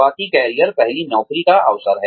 शुरुआती करियर पहली नौकरी का असर